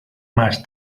más